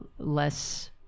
less